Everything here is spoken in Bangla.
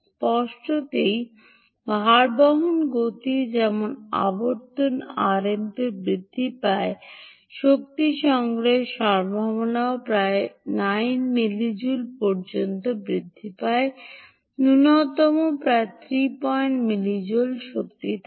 স্পষ্টতই ভারবহন গতি যেমন আবর্তন আরপিএম বৃদ্ধি পায় শক্তি সংগ্রহের সম্ভাবনাও প্রায় 9 মিলিজুলি পর্যন্ত বৃদ্ধি পায় নূন্যতম প্রায় 35 মিলিজুলিশক্তি থেকে